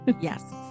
Yes